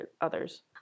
others